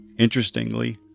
Interestingly